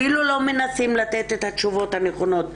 אפילו לא מנסים לתת את התשובות הנכונות.